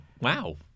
Wow